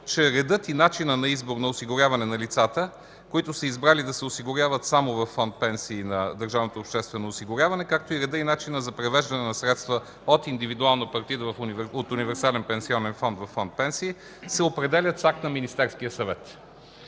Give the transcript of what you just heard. че редът и начинът на избор на осигуряване на лицата, които са избрали да се осигуряват само във фонд „Пенсии” на Държавното обществено осигуряване, както и редът и начинът за преместване на средства от индивидуална партида от универсален пенсионен фонд във фонд „Пенсии”, се определят акт на Министерския съвет.